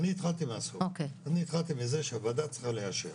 אני התחלתי בזה שהוועדה צריכה לאשר,